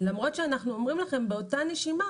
למרות שאנחנו אומרים לכם באותה נשימה